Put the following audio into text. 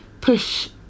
push